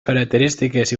característiques